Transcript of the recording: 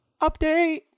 update